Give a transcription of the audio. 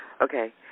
Okay